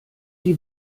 die